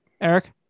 Eric